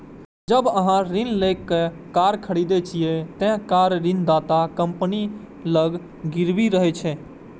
जब अहां ऋण लए कए कार खरीदै छियै, ते कार ऋणदाता कंपनी लग गिरवी रहै छै